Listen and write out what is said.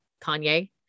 Kanye